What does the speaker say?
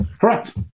Correct